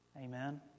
Amen